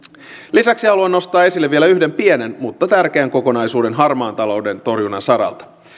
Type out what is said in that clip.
lisäksi haluan nostaa esille vielä yhden pienen mutta tärkeän kokonaisuuden harmaan talouden torjunnan saralta